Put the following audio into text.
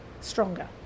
stronger